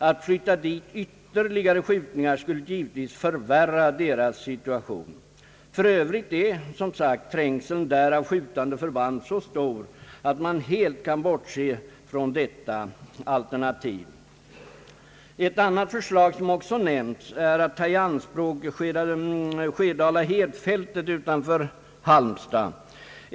Att flytta dit ytterligare skjutningar skulle givetvis förvärra deras situation. För Övrigt är, som sagt, trängseln där av skjutande förband så stor, att man helt kan bortse från detta alternativ. Ett annat förslag som också nämnts är att taga i anspråk Skedalahedsfältet utanför Halmstad.